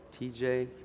TJ